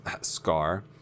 Scar